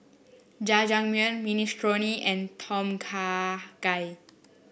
Jajangmyeon Minestrone and Tom Kha Gai